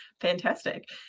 Fantastic